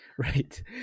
right